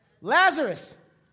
Lazarus